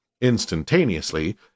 instantaneously